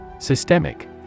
Systemic